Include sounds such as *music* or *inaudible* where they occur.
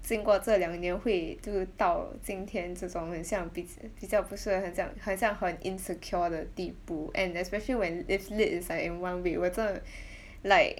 经过这两年会就到今天这种很像彼此比较不是很像很像很 insecure 的地步 and especially when if lit is in one week 我真的 *breath* like